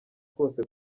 kose